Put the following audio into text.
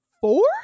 four